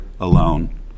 alone